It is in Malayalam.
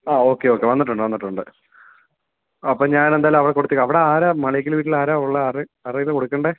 ആ ഓക്കേ ഓക്കേ വന്നിട്ടുണ്ട് വന്നിട്ടുണ്ട് അപ്പോൾ ഞാൻ എന്തായാലും അവിടെ കൊടുത്തേക്കാം അവിടെ ആരാ മാളിയേക്കൽ വീട്ടിൽ ആരാ ഉള്ളത് ആരെ ആരുടെയിലാണ് കൊടുക്കേണ്ടത്